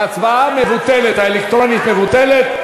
ההצבעה האלקטרונית מבוטלת,